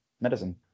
medicine